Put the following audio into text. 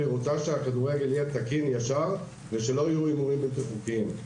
והיא רוצה שהכדורגל יהיה תקין וישר ושלא יהיו הימורים בלתי חוקיים.